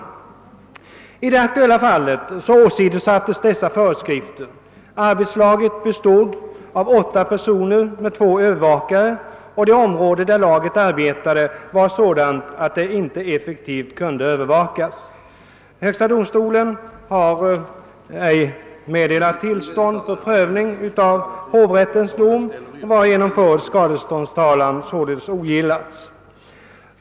I det aktuella fallet åsidosattes dessa före skrifter. Arbetslaget bestod av åtta personer med två övervakare, och området där laget arbetade var sådant att det inte effektivt kunde övervakas. Högsta domstolen har ej meddelat tillstånd till prövning av hovrättens dom, varigenom full skadeståndstalan ogillades.